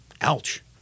Ouch